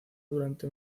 durante